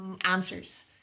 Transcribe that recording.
answers